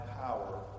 power